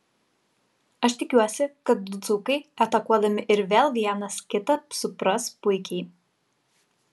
aš tikiuosi kad du dzūkai atakuodami ir vėl vienas kitą supras puikiai